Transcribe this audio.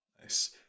Nice